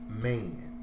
man